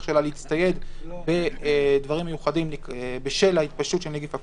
שלה להצטייד בדברים מיוחדים בשל ההתפשטות של נגיף הקורונה.